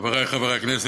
חברי חברי הכנסת,